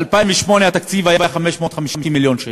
ב-2008 התקציב היה 550 מיליון שקלים,